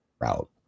route